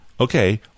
okay